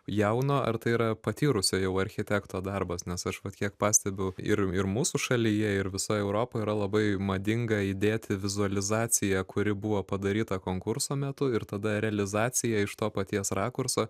jauno ar tai yra patyrusio jau architekto darbas nes aš vat kiek pastebiu ir ir mūsų šalyje ir visoje europoje yra labai madinga įdėti vizualizaciją kuri buvo padaryta konkurso metu ir tada realizaciją iš to paties rakurso